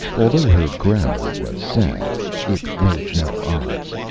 although her grammar was sad, it made no odds.